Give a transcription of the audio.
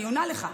אני עונה לך.